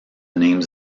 names